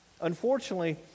Unfortunately